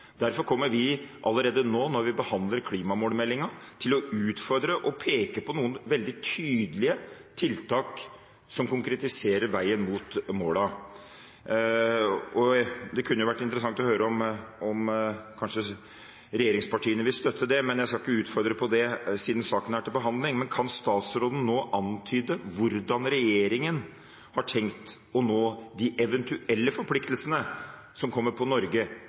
Derfor kommer vi allerede nå, når vi behandler klimamålmeldingen, til å utfordre og peke på noen veldig tydelige tiltak som konkretiserer veien mot målene. Det kunne vært interessant å høre om kanskje regjeringspartiene vil støtte det, men jeg skal ikke utfordre på det siden saken er til behandling. Men kan statsråden nå antyde hvordan regjeringen har tenkt å nå de eventuelle forpliktelsene som kommer på Norge